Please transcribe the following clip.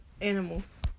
animals